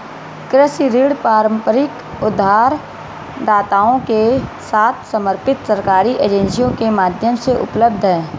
कृषि ऋण पारंपरिक उधारदाताओं के साथ समर्पित सरकारी एजेंसियों के माध्यम से उपलब्ध हैं